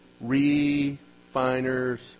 refiner's